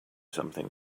something